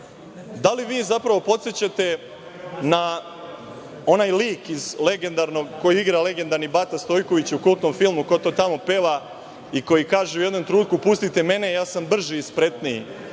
da li vi zapravo podsećate na onaj lik koji igra legendarni Bata Stojković, u kultnom filmu „Ko to tamo peva“, i koji kaže u jednom trenutku „pustite mene, ja sam brži i spretniji“,